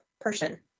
person